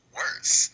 worse